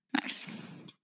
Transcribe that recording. Nice